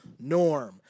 Norm